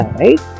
right